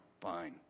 Fine